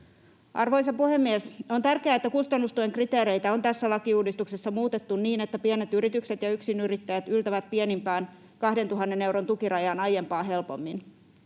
Arvoisa puhemies! On tärkeää, että kustannustuen kriteereitä on tässä lakiuudistuksessa muutettu niin, että pienet yritykset ja yksinyrittäjät yltävät pienimpään 2 000 euron tukirajaan aiempaa helpommin.